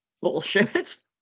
bullshit